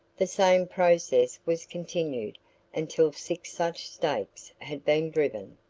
the same process was continued until six such stakes had been driven.